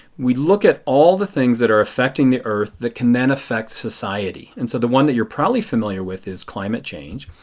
we look at all the things that are affecting the earth that can then affect society. and so the one that you are probably familiar with is climate change.